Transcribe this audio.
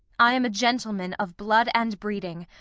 i am a gentleman of blood and breeding,